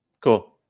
Cool